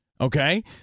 Okay